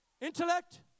intellect